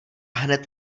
hned